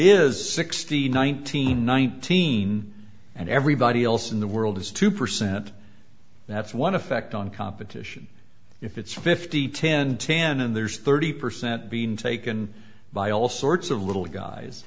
is sixteen nineteen nineteen and everybody else in the world is two percent that's one effect on competition if it's fifty ten ten and there's thirty percent being taken by all sorts of little guys